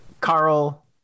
carl